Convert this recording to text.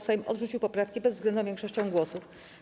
Sejm odrzucił poprawki bezwzględną większością głosów.